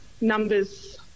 numbers